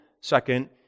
Second